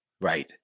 Right